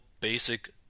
basic